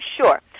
Sure